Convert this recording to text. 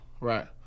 right